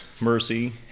mercy